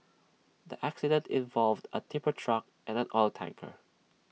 the accident involved A tipper truck and an oil tanker